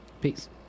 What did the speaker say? Peace